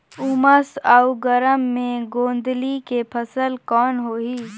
उमस अउ गरम मे गोंदली के फसल कौन होही?